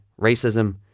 racism